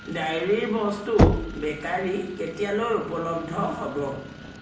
ডায়েৰীৰ বস্তু বেকাৰী কেতিয়ালৈ উপলব্ধ হ'ব